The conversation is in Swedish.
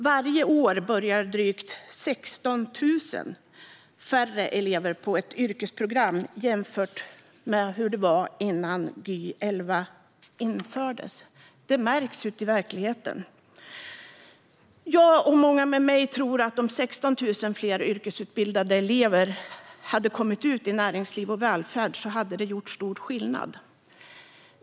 Varje år börjar drygt 16 000 färre elever på ett yrkesprogram jämfört med hur det var innan Gy 2011 infördes. Detta märks ute i verkligheten. Jag och många med mig tror att om 16 000 fler yrkesutbildade elever varje år hade kommit ut i näringsliv och välfärd hade det gjort stor skillnad.